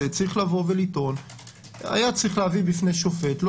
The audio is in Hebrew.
צריך לטעון - היה צריך להביא בפני שופט.